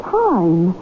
time